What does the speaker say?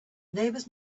neighbors